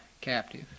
captive